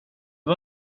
var